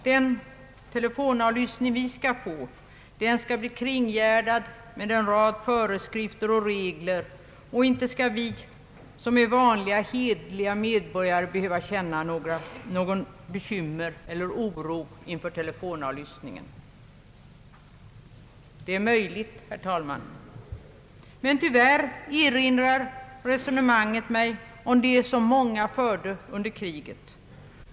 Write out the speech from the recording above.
Den telefonavlyssning vi skall få, heter det, blir kringgärdad med en rad föreskrifter och regler, och inte skall vi som är vanliga hederliga medborgare behöva känna några bekymmer eller någon oro inför telefonavlyssningen. Det är möjligt, herr talman. Men tyvärr erinrar resonemanget mig om det som många förde under kriget.